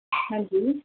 ਹਾਂਜੀ